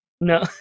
No